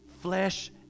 Flesh